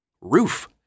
Roof